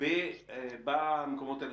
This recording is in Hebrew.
במקומות האלה,